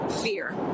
fear